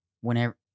whenever